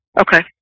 Okay